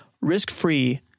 risk-free